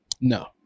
No